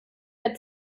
der